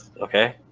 okay